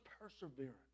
perseverance